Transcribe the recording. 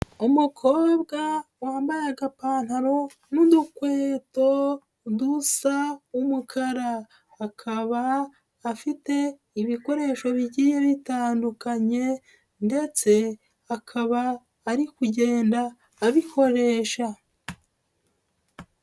Umukobwa wambaye agapantaro n'udukweto dusa umukara, akaba afite ibikoresho bigiye bitandukanye ndetse akaba ari kugenda abikoresha.